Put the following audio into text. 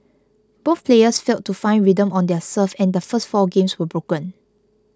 both players failed to find rhythm on their serve and the first four games were broken